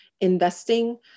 investing